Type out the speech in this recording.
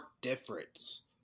difference